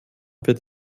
wird